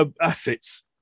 assets